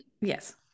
yes